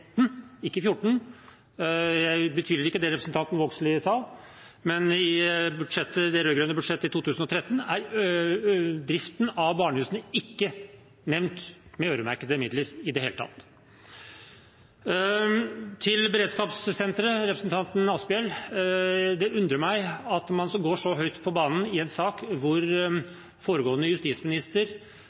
ikke 2014. Jeg betviler ikke det representanten Vågslid sa, men i det rød-grønne budsjettet for 2013 er driften av barnehusene ikke nevnt med øremerkede midler i det hele tatt. Til beredskapssenteret og representanten Asphjell: Det undrer meg at man går så høyt på banen i en sak hvor foregående justisminister